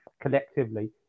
collectively